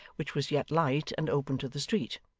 which was yet light and open to the street.